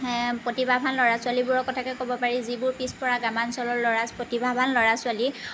প্ৰতিভাৱান ল'ৰা ছোৱালীবোৰৰ কথাকে ক'ব পাৰি যিবোৰ পিছপৰা গ্ৰামাঞ্চলৰ ল'ৰা প্ৰতিভাৱান ল'ৰা ছোৱালী